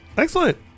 Excellent